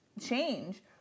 change